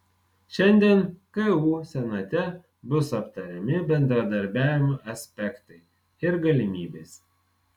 šiandien ku senate bus aptariami bendradarbiavimo aspektai ir galimybės